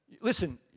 Listen